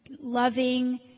loving